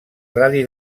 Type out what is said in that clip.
radi